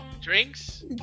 Drinks